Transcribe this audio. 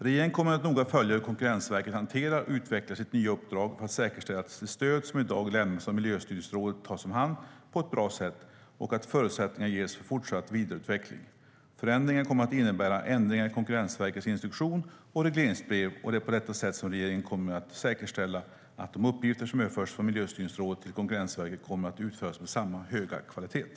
Regeringen kommer att noga följa hur Konkurrensverket hanterar och utvecklar sitt nya uppdrag för att säkerställa att det stöd som i dag lämnas av Miljöstyrningsrådet tas om hand på ett bra sätt och att förutsättningarna ges för fortsatt vidareutveckling. Förändringarna kommer att innebära ändringar i Konkurrensverkets instruktion och regleringsbrev, och det är på detta sätt som regeringen kommer att säkerställa att de uppgifter som överförs från Miljöstyrningsrådet till Konkurrensverket kommer att utföras med samma höga kvalitet.